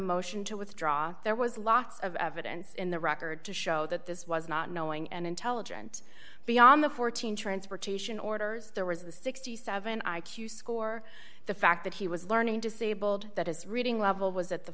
motion to withdraw there was lots of evidence in the record to show that this was not knowing and intelligent beyond the fourteen transportation orders there was the sixty seven i q score the fact that he was learning disabled that his reading level was at the